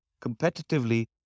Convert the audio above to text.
competitively